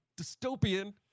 dystopian